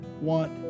want